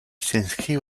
s’inscrit